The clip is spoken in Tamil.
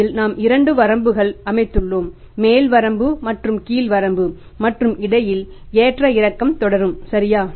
அதில் நாம் 2 வரம்புகள் அமைத்துள்ளோம் மேல் வரம்பு மற்றும் கீழ் வரம்பு மற்றும் இடையில் ஏற்றஇறக்கம் தொடரும் சரியா